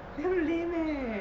damn lame leh